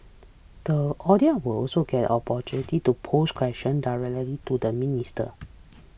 the audience will also get an opportunity to pose question directly to the minister